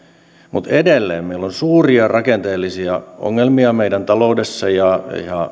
mutta edelleen meillä on suuria rakenteellisia ongelmia meidän taloudessa ja